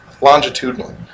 longitudinally